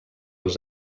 els